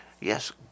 Yes